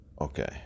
Okay